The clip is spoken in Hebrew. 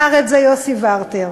כתב את זה יוסי ורטר,